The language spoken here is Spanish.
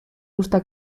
gusta